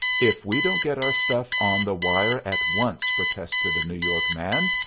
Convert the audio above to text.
if we don't get our stuff on the wire at once, protested a new york man,